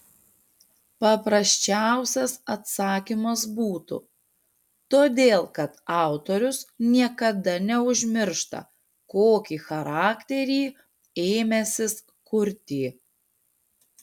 paprasčiausias atsakymas būtų todėl kad autorius niekada neužmiršta kokį charakterį ėmęsis kurti